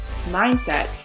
mindset